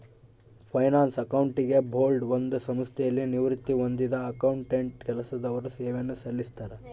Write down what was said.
finance accounting board ಒಂದು ಸಂಸ್ಥೆಯಲ್ಲಿ ನಿವೃತ್ತಿ ಹೊಂದಿದ್ದ ಅಕೌಂಟೆಂಟ್ ಕೆಲಸದವರು ಸೇವೆಯನ್ನು ಸಲ್ಲಿಸ್ತರ